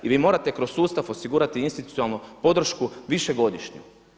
I vi morate kroz sustav osigurati institucionalnu podršku višegodišnju.